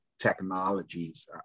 technologies